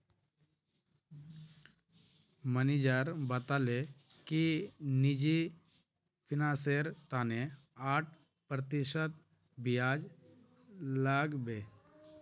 manager बताले कि निजी फिनांसेर तने आठ प्रतिशत ब्याज लागबे